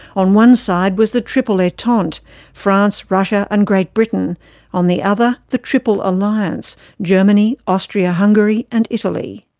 on one side was the triple entente france, russia and great britain on the other the triple alliance germany, austria-hungary and italy.